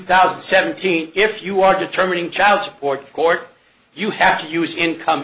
thousand and seventeen if you are determining child support court you have to use income